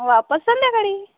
वापस संध्याकाळी